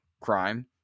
crime